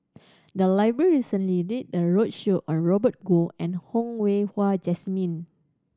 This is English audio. the library recently did a roadshow on Robert Goh and Hong Way Hua Jesmine